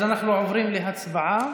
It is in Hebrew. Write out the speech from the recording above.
אז אנחנו עוברים להצבעה